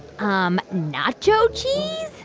um nacho cheese.